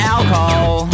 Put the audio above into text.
Alcohol